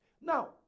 Now